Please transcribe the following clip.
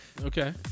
Okay